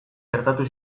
gertatu